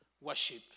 worship